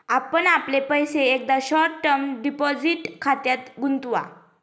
आपण आपले पैसे एकदा शॉर्ट टर्म डिपॉझिट खात्यात गुंतवा